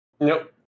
Nope